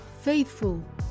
faithful